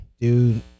Dude